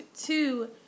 two